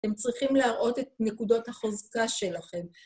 אתם צריכים להראות את נקודות החוזקה שלכם.